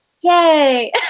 Yay